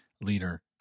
leader